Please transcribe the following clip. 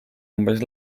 umbes